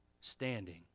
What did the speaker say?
standing